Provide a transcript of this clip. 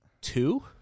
two